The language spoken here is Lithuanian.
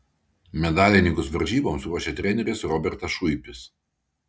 medalininkus varžyboms ruošė treneris robertas šuipis